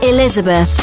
Elizabeth